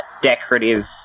decorative